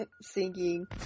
Singing